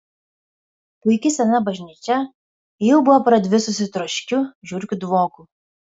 puiki sena bažnyčia jau buvo pradvisusi troškiu žiurkių dvoku